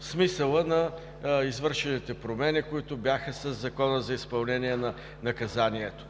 смисъла на извършените промени, които бяха със Закона за изпълнение на наказанията.